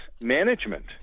management